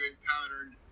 encountered